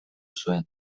zuen